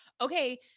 okay